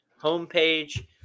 homepage